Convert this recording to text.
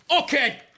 Okay